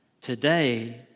Today